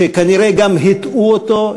וכנראה גם הטעו אותו.